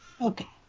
Okay